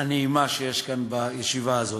הנעימה שיש בישיבה הזאת.